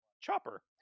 Chopper